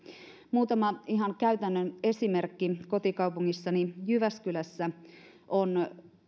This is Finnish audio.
muutama ihan käytännön esimerkki kotikaupungissani jyväskylässä on